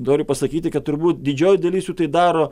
noriu pasakyti kad turbūt didžioji dalis jų tai daro